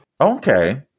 Okay